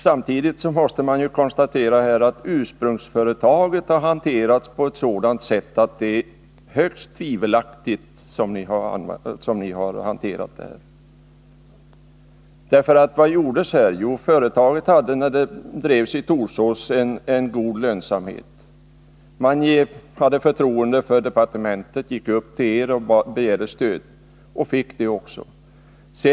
Samtidigt måste man emellertid konstatera att ursprungsföretaget blivit hanterat på ett högst tvivelaktigt sätt. Vad hände här? Jo, företaget hade, när det drevs i Torsås, god lönsamhet. Man hade förtroende för departementet, gick upp till er och begärde stöd, och man fick det också.